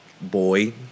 boy